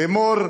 לאמור,